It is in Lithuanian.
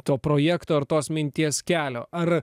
to projekto ar tos minties kelio ar